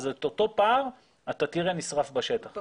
אז את אותו פער אתה תראה נשרף בשטח בסופו של יום.